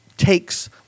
takes